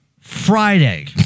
Friday